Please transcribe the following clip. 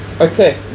Okay